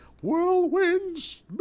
whirlwinds